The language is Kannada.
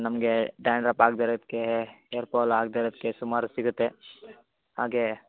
ನಮಗೆ ಡ್ಯಾಂಡ್ರಪ್ ಆಗದೆ ಇರೋದಕ್ಕೆ ಹೇರ್ ಪಾಲ್ ಆಗದೆ ಇರೋದಕ್ಕೆ ಸುಮಾರು ಸಿಗುತ್ತೆ ಹಾಗೆ